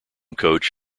coach